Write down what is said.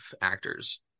actors